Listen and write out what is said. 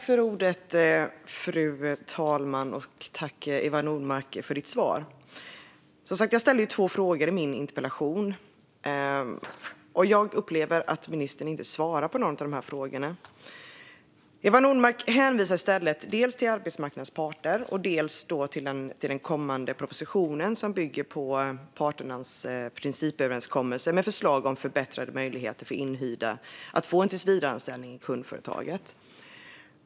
Frau talman! Tack, Eva Nordmark, för ditt svar! Jag ställde två frågor i min interpellation. Jag upplever att ministern inte svarar på någon av frågorna. Eva Nordmark hänvisar i stället dels till arbetsmarknadens parter, dels till den kommande proposition som bygger på parternas principöverenskommelse med förslag om förbättrade möjligheter för inhyrda att få en tillsvidareanställning i kundföretaget.